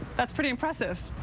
that's pretty impressive.